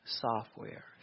software